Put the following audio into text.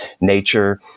nature